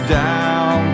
down